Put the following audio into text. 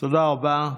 תודה רבה.